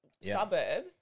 suburb